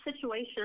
situation